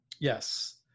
Yes